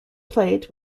played